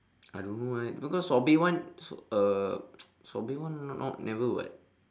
I don't know eh because sobri one s~ uh sobri one not never [what]